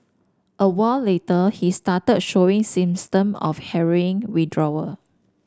a while later he started showing symptoms of heroin withdrawal